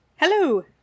Hello